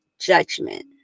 judgment